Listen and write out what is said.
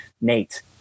Nate